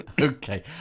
okay